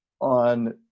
on